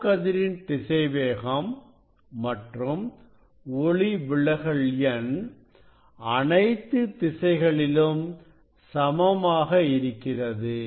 O கதிரின் திசைவேகம் மற்றும் ஒளிவிலகல் எண் அனைத்து திசைகளிலும் சமமாக இருக்கிறது